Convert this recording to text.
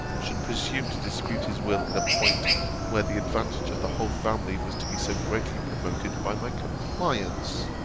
should presume to dispute his will in a point where the advantage of the whole family was to be so greatly promoted by my compliance.